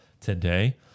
today